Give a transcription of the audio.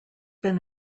been